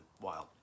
wild